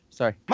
Sorry